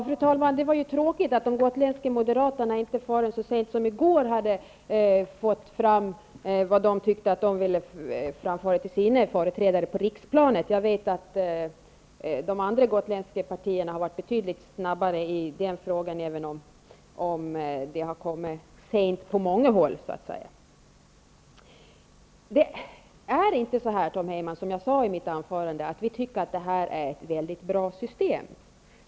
Fru talman! Det var ju tråkigt att Gotlandsmoderaterna inte förrän i går hade fått klart för sig vad de ville framföra till sina företrädare på riksplanet. Jag vet att de andra Gotlandspartierna har varit betydligt snabbare härvidlag, även om uppgifterna har kommit sent på många håll. Som jag sade i mitt anförande är det inte så, Tom Heyman, att vi tycker att det här är ett väldigt bra system.